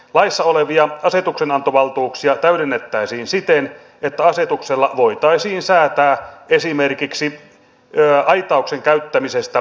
laissa olevia asetuksenantovaltuuksia täydennettäisiin siten että asetuksella voitaisiin säätää esimerkiksi aitauksen käyttämisestä pyyntivälineenä